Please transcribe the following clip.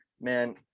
man